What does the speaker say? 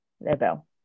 level